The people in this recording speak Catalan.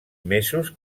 mesos